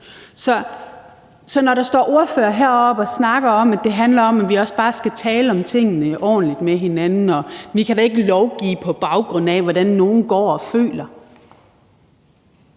Så når der står ordførere heroppe og snakker om, at det handler om, at vi også bare skal tale om tingene ordentligt med hinanden, og at vi da ikke kan lovgive, på baggrund af hvordan nogen går og føler,